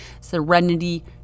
serenity